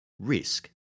risk